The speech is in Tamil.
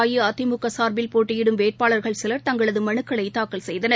அஇஅதிமுக சார்பில் போட்டியிடும் வேட்பாளர்கள் சிலர் தங்களது மனுக்களை தாக்கல் செய்தனர்